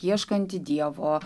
ieškanti dievo